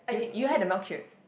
you you had the milkshake